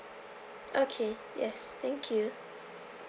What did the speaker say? okay yes thank you